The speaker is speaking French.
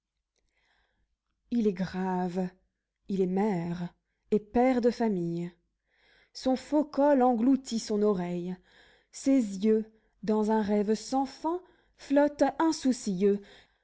il est grave il est maire et père de famille son faux col engloutit son oreille ses yeux dans un rêve sans fin flottent insoucieux